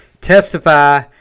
Testify